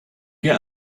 get